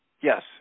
Yes